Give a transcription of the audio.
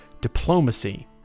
diplomacy